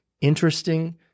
interesting